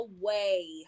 away